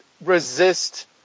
resist